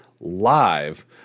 live